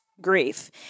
grief